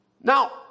Now